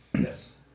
yes